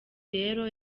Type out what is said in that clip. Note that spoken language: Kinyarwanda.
rero